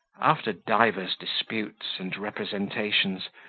after divers disputes and representations,